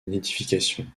nidification